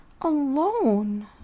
alone